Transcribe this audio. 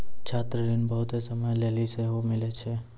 छात्र ऋण बहुते समय लेली सेहो मिलै छै